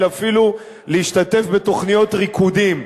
אלא אפילו להשתתף בתוכניות ריקודים.